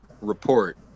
report